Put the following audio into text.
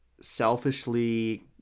selfishly